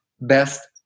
best